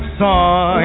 song